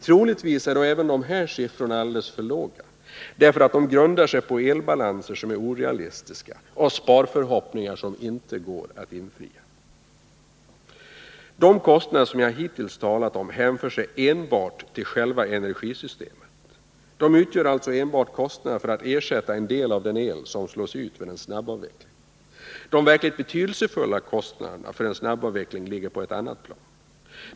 Troligtvis är dock även dessa siffror alldeles för låga, därför att de grundar sig på elbalanser som är orealistiska och sparförhoppningar som inte går att infria. De kostnader som jag hittills talat om hänför sig enbart till själva energisystemet. De utgör alltså enbart kostnaderna för att ersätta en del av den el som slås ut vid en snabbavveckling. De verkligt betydelsefulla kostnaderna för en snabbavveckling ligger dock på ett annat plan.